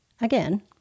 Again